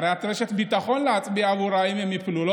הרי את רשת ביטחון להצביע עבורה אם הם ייפלו.